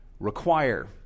Require